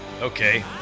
Okay